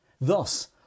Thus